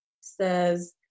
says